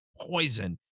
poison